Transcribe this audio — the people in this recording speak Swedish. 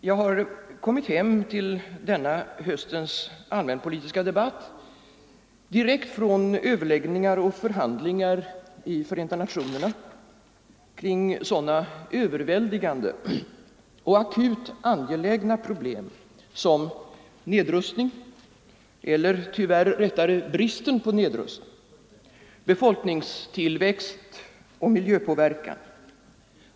Herr talman! Jag har kommit hem till denna hösts allmänpolitiska debatt direkt från överläggningar och förhandlingar i Förenta nationerna kring sådana överväldigande och akut angelägna problem som nedrust ning — eller rättare sagt, tyvärr, bristen på nedrustning —, befolkningstillväxt och miljöpåverkan.